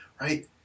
right